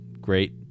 great